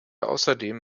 außerdem